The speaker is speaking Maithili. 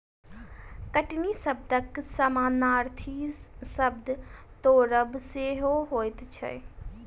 कटनी शब्दक समानार्थी शब्द तोड़ब सेहो होइत छै